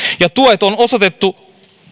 ja useat tuet on osoitettu